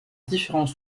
différents